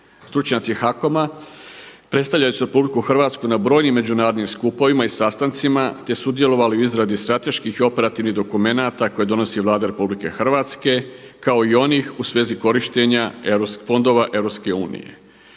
Stručnjaci HAKOM-a predstavljali su RH na brojnim međunarodnim skupovima i sastancima, te sudjelovali u izradi strateških operativnih dokumenata koje donosi Vlada RH kao i onih u svezi korištenja fondova EU.